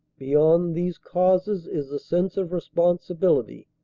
beyond these causes is the sense of responsibility.